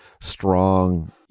strong